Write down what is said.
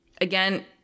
again